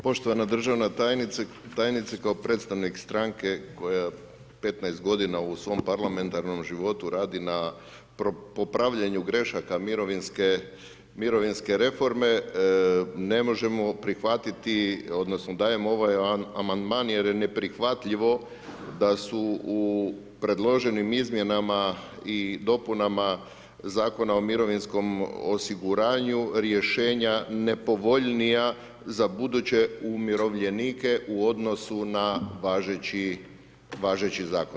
Poštovana državna tajnice, kao predstavnik stranke koja 15 godina u svom parlamentarnom životu radi na popravljanju grešaka mirovinske, mirovinske reforme ne možemo prihvatiti odnosno dajemo ovaj amandman jer je neprihvatljivo da su u predloženim izmjenama i dopunama Zakona o mirovinskom osiguranju rješenja nepovoljnija za buduće umirovljenike u odnosu na važeći, važeći zakon.